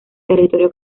territorio